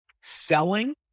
Selling